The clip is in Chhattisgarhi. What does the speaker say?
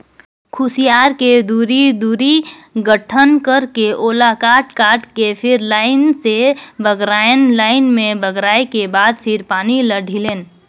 खुसियार के दूरी, दूरी गठन करके ओला काट काट के फिर लाइन से बगरायन लाइन में बगराय के बाद फिर पानी ल ढिलेन